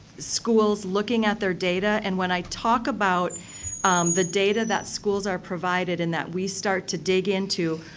schools looking at their data. and when i talk about the data that schools are provided in that we start to dig into,